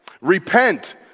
Repent